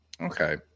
Okay